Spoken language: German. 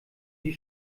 die